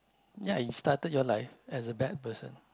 ya you started your life as a bad person